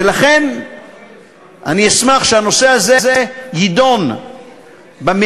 ולכן אני אשמח שהנושא הזה יידון במליאה,